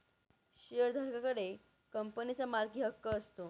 शेअरधारका कडे कंपनीचा मालकीहक्क असतो